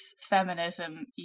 feminism